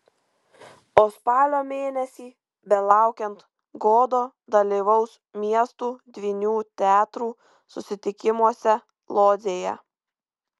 o spalio mėnesį belaukiant godo dalyvaus miestų dvynių teatrų susitikimuose lodzėje